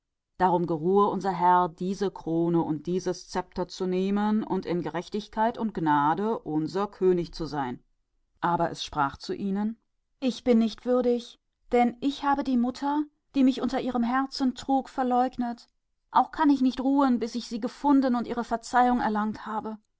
unser herr diese krone und dies zepter und in seiner gerechtigkeit und gnade sei er unser könig über uns aber es sprach zu ihnen ich bin nicht würdig denn ich habe die mutter die mich trug verleugnet und ich darf nicht ruhen bis ich sie gefunden habe und ihre